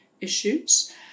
issues